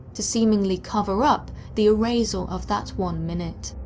to seemingly cover up the erasal of that one minute.